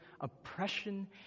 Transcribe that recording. oppression